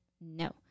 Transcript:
No